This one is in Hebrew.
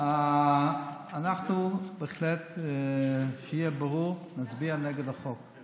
אנחנו בהחלט נצביע נגד החוק,